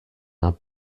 are